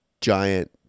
giant